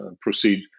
proceed